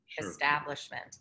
establishment